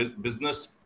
business